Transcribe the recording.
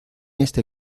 este